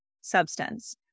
substance